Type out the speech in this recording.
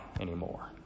anymore